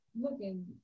Looking